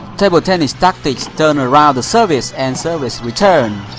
table tennis tactics turn around the service and service-return.